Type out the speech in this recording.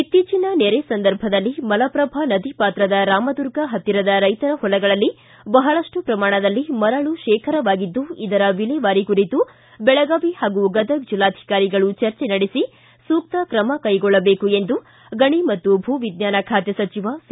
ಇತ್ತೀಚಿನ ನೆರೆ ಸಂದರ್ಭದಲ್ಲಿ ಮಲಶ್ರಭಾ ನದಿ ಪಾತ್ರದ ರಾಮದುರ್ಗ ಹತ್ತಿರ ರೈತರ ಹೊಲಗಳಲ್ಲಿ ಬಹಳಷ್ಟು ಪ್ರಮಾಣದಲ್ಲಿ ಮರಳು ತೇಖರವಾಗಿದ್ದು ಇದರ ವಿಲೇವಾರಿ ಕುರಿತು ಬೆಳಗಾವಿ ಹಾಗೂ ಗದಗ ಜಿಲ್ಲಾಧಿಕಾರಿಗಳು ಚರ್ಚೆ ನಡೆಸಿ ಸೂಕ್ತ ಕ್ರಮ ಕೈಗೊಳ್ಳಬೇಕು ಎಂದು ಗಣಿ ಮತ್ತು ಭೂ ವಿಜ್ವಾನ ಖಾತೆ ಸಚಿವ ಸಿ